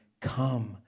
come